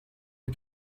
you